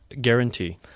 guarantee